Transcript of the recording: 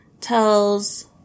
tells